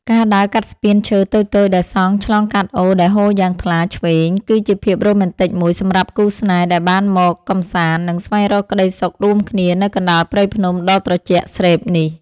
ការដើរកាត់ស្ពានឈើតូចៗដែលសង់ឆ្លងកាត់អូរដែលហូរយ៉ាងថ្លាឈ្វេងគឺជាភាពរ៉ូមែនទិកមួយសម្រាប់គូស្នេហ៍ដែលបានមកកម្សាន្ត និង ស្វែងរកក្តីសុខរួមគ្នានៅកណ្ដាលព្រៃភ្នំដ៏ត្រជាក់ស្រេបនេះ។